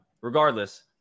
Regardless